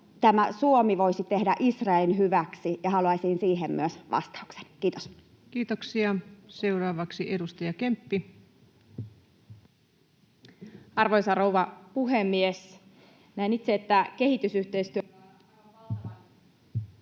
Suomi voisi tehdä Israelin hyväksi, ja haluaisin siihen myös vastauksen. — Kiitos. Kiitoksia. — Seuraavaksi edustaja Kemppi. Arvoisa rouva puhemies!